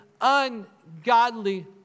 ungodly